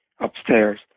upstairs